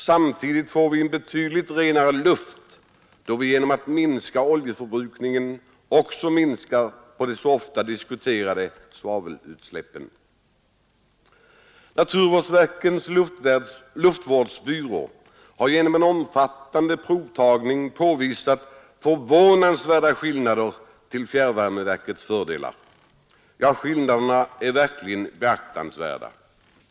Samtidigt får vi en betydligt renare luft då vi genom att minska oljeförbrukningen också minskar på de så ofta diskuterade svavelutsläppen. Naturvårdsverkets luftvårdsbyrå har genom en omfattande provtagning påvisat förvånansvärda skillnader till fjärrvärmeverkets fördelar. Ja, skillnaderna är verkligen beaktansvärda.